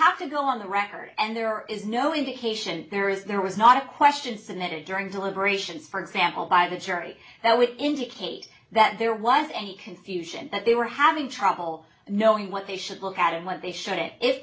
have to go on the record and there is no indication there is there was not a question submitted during deliberations for example by the jury that would indicate that there was any confusion that they were having trouble knowing what they should look at and what they showed it i